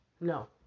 No